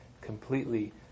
completely